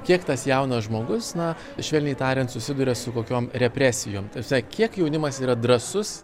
kiek tas jaunas žmogus na švelniai tariant susiduria su kokiom represijom ta prasme kiek jaunimas yra drąsus